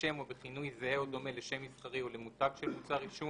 בשם או בכינוי זהה או דומה לשם מסחרי או למותג של מוצר עישון,